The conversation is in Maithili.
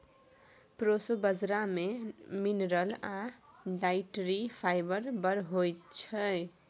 प्रोसो बजरा मे मिनरल आ डाइटरी फाइबर बड़ होइ छै